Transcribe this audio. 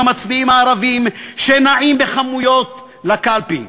עם המצביעים הערבים שנעים בכמויות לקלפי.